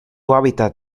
hábitat